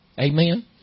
Amen